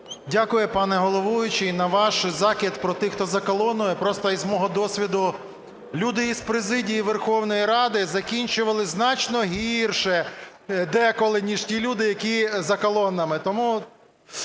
Дякую, пане головуючий. На ваш закид про тих, хто за колоною. Просто із мого досвіду: люди із президії Верховної Ради закінчували значно гірше деколи, ніж ті люди, які за колонами. Тому